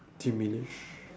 diminish